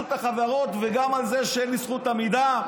החברות וגם על זה שאין לי זכות עמידה,